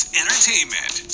entertainment